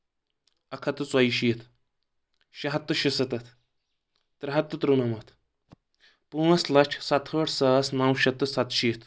اکھ ہَتھ تہٕ ژوٚیہِ شیٖٚتھ شیٚے ہَتھ تہٕ شُسَتَتھ ترے ہَتھ تہٕ ترٛیُنَمَتھ پانٛژھ لَچھِ سَتہٕ ہٲٹھ ساس نو شَتھ تہٕ سَتہٕ شیٖٖتھ